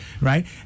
Right